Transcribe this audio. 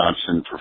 Johnson